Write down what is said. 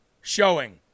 showing